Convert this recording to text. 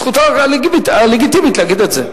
זכותו הלגיטימית להגיד את זה.